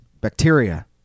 Bacteria